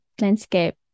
landscape